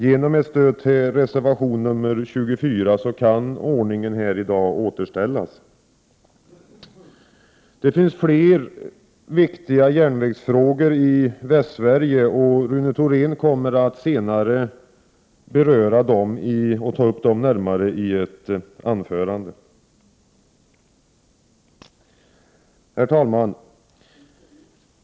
Genom ett stöd till reservation 24 kan ordningen i dag återställas. Det finns fler viktiga järnvägsfrågor i Västsverige, och Rune Thorén kommer senare att ta upp den närmare i ett anförande. Herr talman!